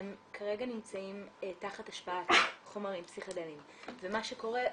הם כרגע נמצאים תחת השפעת חומרים פסיכדליים ומה שקורה,